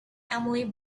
emily